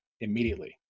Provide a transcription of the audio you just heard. immediately